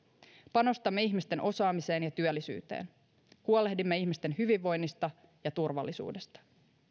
panostamme ihmisten osaamiseen ja työllisyyteen huolehdimme ihmisten hyvinvoinnista ja turvallisuudesta